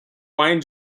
wine